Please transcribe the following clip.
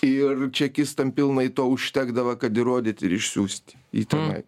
ir čekistam pilnai to užtekdava kad įrodyt ir išsiųst į tenai